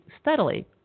steadily